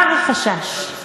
מה החשש?